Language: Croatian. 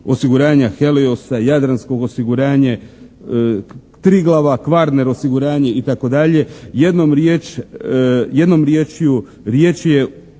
osiguranja Heliosa, Jadransko osiguranje, Triglava, Kvarner osiguranje itd. Jednom riječju riječ je